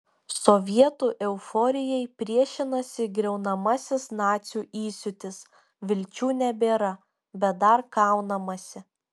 sovietų euforijai priešinasi griaunamasis nacių įsiūtis vilčių nebėra bet dar kaunamasi